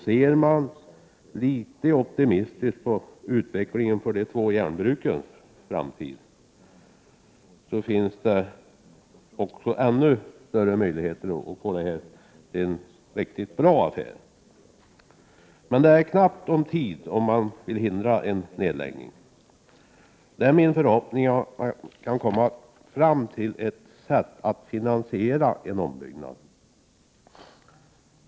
Ser man litet optimistiskt på utvecklingen för de två järnbrukens framtid finns det ännu större möjligheter att göra detta till en riktigt bra affär. Men det är knappt om tid om man skall förhindra en nedläggning. Det är min förhoppning att man skall kunna komma fram till ett sätt att finansiera en ombyggnad.